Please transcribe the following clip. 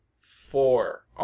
four